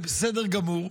זה בסדר גמור.